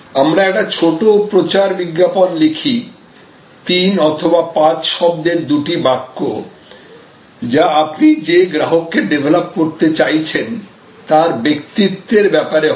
আমরা একটি ছোট প্রচার বিজ্ঞাপন লিখি 3 অথবা 5 শব্দের দুটি বাক্য যা আপনি যে গ্রাহককে ডেভেলপ করতে চাইছেন তার ব্যক্তিত্বের ব্যাপারে হবে